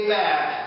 back